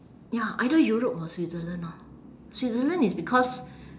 ya either europe or switzerland orh switzerland it's because